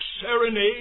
serenade